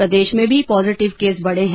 प्रदेश में भी positive case बढे हैं